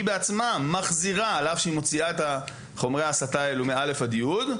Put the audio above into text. היא בעצמה מחזירה על אף שהיא מוציאה את חומרי ההסתה האלו מ-א' עד י'.